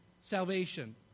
salvation